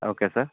okay sir